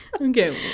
Okay